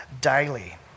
daily